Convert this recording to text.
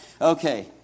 Okay